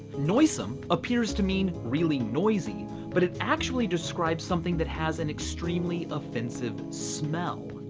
noisome appears to mean really noisy but it actually describes something that has an extremely offensive smell.